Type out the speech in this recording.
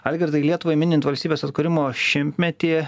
algirdai lietuvai minint valstybės atkūrimo šimtmetį